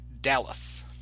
Dallas